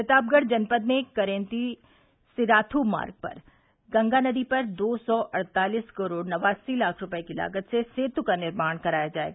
प्रतापगढ़ जनपद में करेन्ती सिराथू मार्ग पर गंगा नदी पर दो सौ अड़तालीस करोड़ नवासी लाख रूपये की लागत से सेत् का निर्माण कराया जायेगा